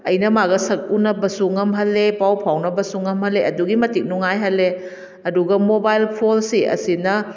ꯑꯩꯅ ꯃꯥꯒ ꯁꯛ ꯎꯅꯕꯁꯨ ꯉꯝꯍꯜꯂꯦ ꯄꯥꯎ ꯐꯥꯎꯅꯕꯁꯨ ꯉꯝꯍꯜꯂꯦ ꯑꯗꯨꯛꯀꯤ ꯃꯇꯤꯛ ꯅꯨꯡꯉꯥꯏꯍꯜꯂꯦ ꯑꯗꯨꯒ ꯃꯣꯕꯥꯏꯜ ꯐꯣꯟꯁꯤ ꯑꯁꯤꯅ